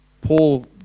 Paul